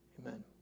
Amen